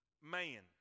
man